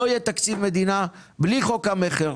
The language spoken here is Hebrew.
לא יהיה תקציב מדינה בלי חוק המכר.